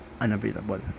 unavailable